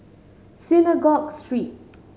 Synagogue Street